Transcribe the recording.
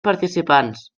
participants